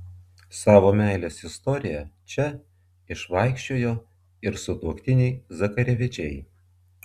savo meilės istoriją čia išvaikščiojo ir sutuoktiniai zakarevičiai